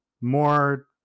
more